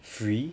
free